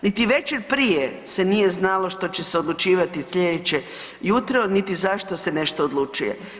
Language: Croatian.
Niti večer prije se nije znalo što će se odlučivati slijedeće jutro niti zašto se nešto odlučuje.